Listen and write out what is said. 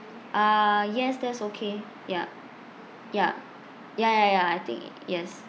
uh yes that's okay ya ya ya ya ya I think yes